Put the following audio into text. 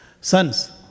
sons